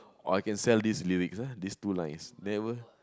or I can sell these lyrics ah these two lines never